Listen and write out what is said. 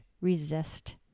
resist